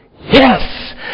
Yes